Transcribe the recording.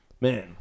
man